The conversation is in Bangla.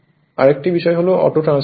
আরেকটি বিষয় হল অটো ট্রান্সফরমার